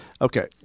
Okay